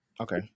Okay